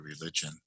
religion